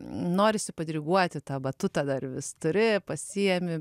norisi padiriguoti tą batutą dar vis turi pasiimi